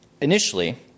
Initially